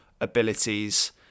abilities